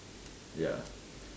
ya